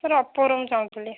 sir ଓପୋର ମୁଁ ଚାହୁଁଥିଲି